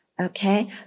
Okay